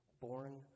born